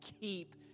keep